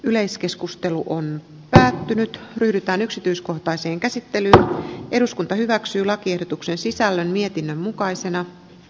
yleiskeskustelu on päättynyt pyritään yksityiskohtaiseen käsittelya eduskunta hyväksyi lakiehdotuksen muuta kannatan ed